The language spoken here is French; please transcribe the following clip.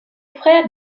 frère